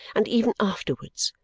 and even afterwards,